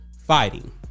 fighting